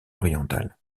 orientale